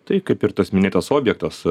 tai kaip ir tas minėtas objektas